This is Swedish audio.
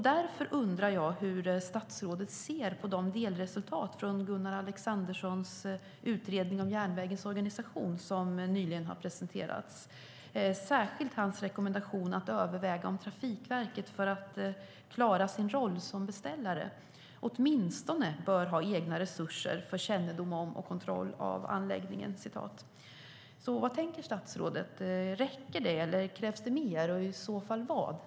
Därför undrar jag hur statsrådet ser på delresultaten från Gunnar Alexanderssons utredning om järnvägens organisation som nyligen har presenterats, särskilt hans rekommendation att överväga om Trafikverket för att klara sin roll som beställare åtminstone bör ha egna resurser för kännedom om och kontroll av anläggningen. Vad tänker statsrådet? Räcker det, eller krävs det mer och i så fall vad?